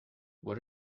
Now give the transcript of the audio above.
what